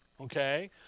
Okay